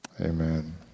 amen